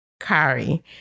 Kari